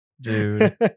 Dude